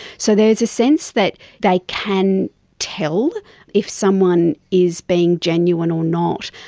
so there's a sense that they can tell if someone is being genuine or not.